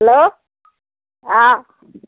hello অ